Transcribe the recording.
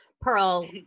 Pearl